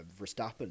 Verstappen